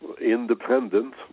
independent